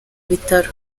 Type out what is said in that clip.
bitaro